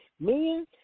Men